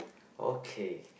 okay